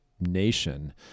nation